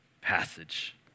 passage